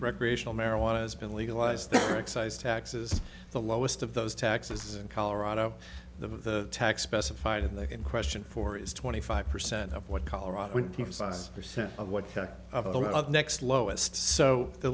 recreational marijuana has been legalized excise taxes the lowest of those taxes in colorado the tax pesah fight in the in question for is twenty five percent of what colorado percent of what next lowest so the